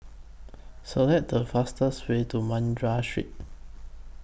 Select The fastest Way to Madras Street